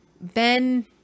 Ben